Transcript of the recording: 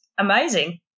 amazing